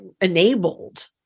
enabled